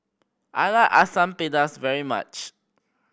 I like Asam Pedas very much